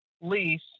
lease